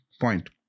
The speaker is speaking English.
point